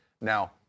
Now